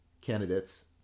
candidates